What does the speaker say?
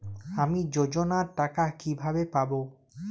আমি যোজনার টাকা কিভাবে পাবো?